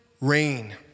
rain